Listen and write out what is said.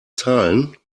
zahlen